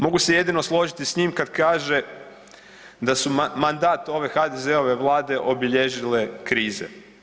Mogu se jedino složiti s njim kada kaže da su mandat ove HDZ-ove Vlade obilježile krize.